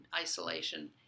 isolation